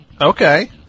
Okay